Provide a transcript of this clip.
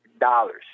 dollars